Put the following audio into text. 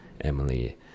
Emily